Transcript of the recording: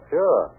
Sure